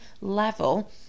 level